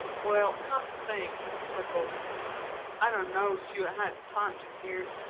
well, come to think, said bolton i don't know's you'd had time to heard.